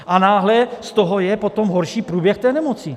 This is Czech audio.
A náhle z toho je potom horší průběh nemoci.